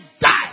die